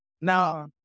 now